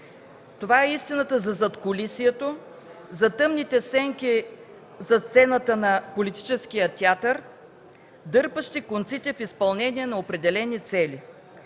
Това е истината за задкулисието, за тъмните сенки зад сцената на политическия театър, дърпащи конците в изпълнение на определени цели